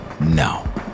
No